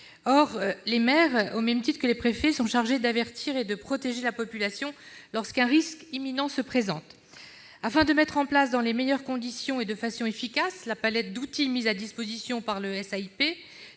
derniers sont, au même titre que les préfets, chargés d'avertir et de protéger la population lorsqu'un risque imminent se présente. Afin de mettre en place dans les meilleures conditions et de façon efficace la palette d'outils mise à disposition par le SAIP,